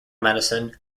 medicine